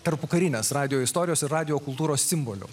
tarpukarinės radijo istorijos ir radijo kultūros simboliu